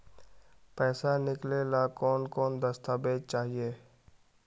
पैसा निकले ला कौन कौन दस्तावेज चाहिए?